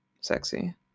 sexy